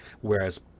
whereas